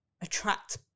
attract